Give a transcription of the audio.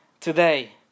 today